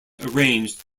arranged